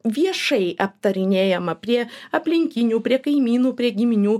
viešai aptarinėjama prie aplinkinių prie kaimynų prie giminių